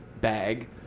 bag